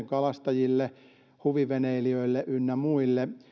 kalastajille huviveneilijöille ynnä muille